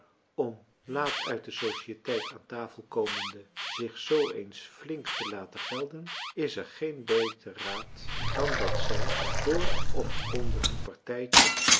om laat uit de sociëteit aan tafel komende zich zoo eens flink te laten gelden is er geen beter raad dan dat zij voor of onder hun partijtje